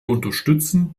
unterstützen